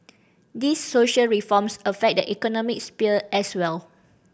these social reforms affect the economic sphere as well